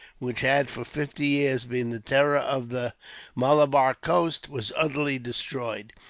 which had for fifty years been the terror of the malabar coast, was utterly destroyed.